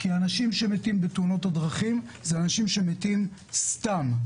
כי אנשים שמתים בתאונות דרכים הם אנשים שמתים סתם,